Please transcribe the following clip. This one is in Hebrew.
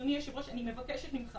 אדוני היושב ראש, אני מבקשת ממך